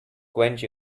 quench